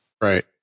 right